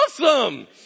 awesome